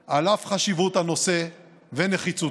על אף חשיבות הנושא ונחיצותו,